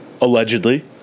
allegedly